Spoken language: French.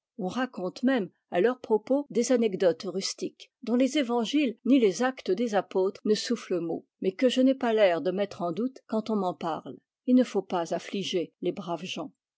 on raconte même à leur propos des anecdotes rustiques dont les évangiles ni les actes des apôtres ne soufflent mot mais que je n'ai pas l'air de mettre en doute quand on m'en parle il ne faut pas affliger les braves gens